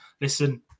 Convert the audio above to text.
listen